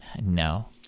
No